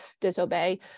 disobey